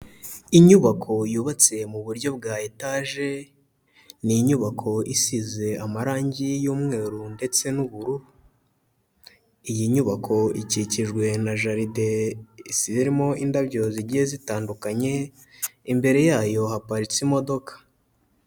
Inyubako yubatse mu buryo bwa etage, ni inyubako isize amarangi y'umweru ndetse n'uburu, iyi nyubako ikikijwe na jaride zirimo indabyo zigiye zitandukanye, imbere yayo haparitse imodoka.